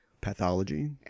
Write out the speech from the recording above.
Pathology